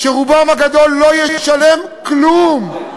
שרובם הגדול לא ישלם כלום,